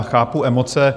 Chápu emoce.